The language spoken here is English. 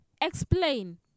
Explain